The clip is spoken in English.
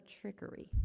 trickery